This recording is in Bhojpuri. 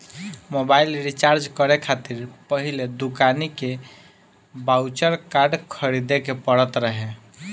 मोबाइल रिचार्ज करे खातिर पहिले दुकानी के बाउचर कार्ड खरीदे के पड़त रहे